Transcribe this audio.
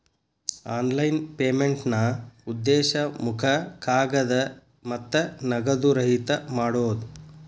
online ಪೇಮೆಂಟ್ನಾ ಉದ್ದೇಶ ಮುಖ ಕಾಗದ ಮತ್ತ ನಗದು ರಹಿತ ಮಾಡೋದ್